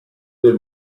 del